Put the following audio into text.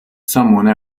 someone